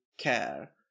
care